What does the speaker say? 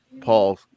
Paul